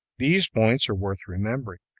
these points are worth remembering,